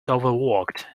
overworked